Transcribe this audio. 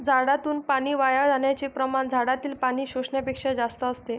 झाडातून पाणी वाया जाण्याचे प्रमाण झाडातील पाणी शोषण्यापेक्षा जास्त असते